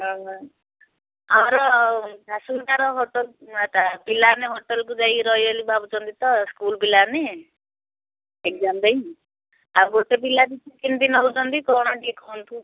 ହଁ ଆମର ଝାରସୁଗୁଡ଼ାର ହୋଟେଲ ତା' ପିଲାମାନେେ ହୋଟେଲକୁ ଯାଇକି ରହିବେ ବୋଲି ଯାଇ ଭାବୁଛନ୍ତି ତ ସ୍କୁଲ୍ ପିଲାମାନେ ଏଗ୍ଜାମ୍ ଦେଇ ଆଉ ଗୋଟେ ପିଲାକୁ କେମିତି ନେଉଛନ୍ତି କ'ଣ ଟିକିଏ କୁହନ୍ତୁ